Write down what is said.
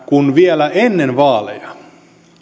kun vielä ennen vaaleja